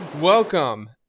Welcome